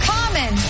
Common